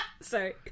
Sorry